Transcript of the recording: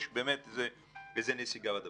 יש באמת נסיגה בדבר.